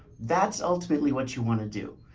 that's ultimately what you want to do.